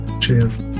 cheers